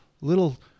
little